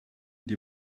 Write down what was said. die